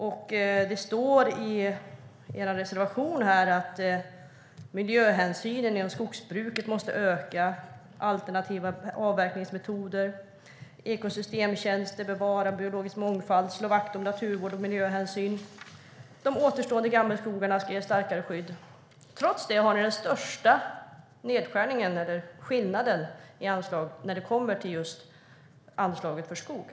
Det står i er reservation om miljöhänsynen inom skogsbruket, alternativa avverkningsmetoder, ekosystemtjänster, bevarande av biologisk mångfald, om att slå vakt om naturvård och miljöhänsyn och om att de återstående gammelskogarna ska ges starkare skydd. Trots detta har ni den största nedskärningen eller skillnaden när det kommer till just anslaget för skog.